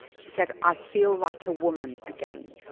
she said, i feel like a woman again.